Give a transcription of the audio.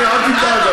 אל תדאג,